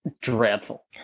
Dreadful